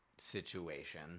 situation